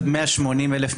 כי יש עוד 180,000 משפחות,